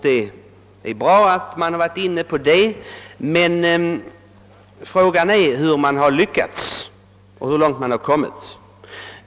Det är bra att man varit inne på det, men frågan är hur man har lyckats och hur långt man har kommit.